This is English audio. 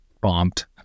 bombed